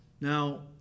Now